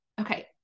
okay